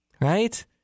right